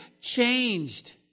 changed